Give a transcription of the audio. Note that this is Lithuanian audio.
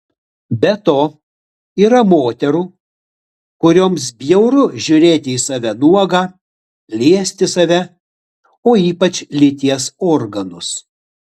be to yra moterų kurioms bjauru žiūrėti į save nuogą liesti save o ypač lyties organus